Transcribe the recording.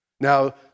Now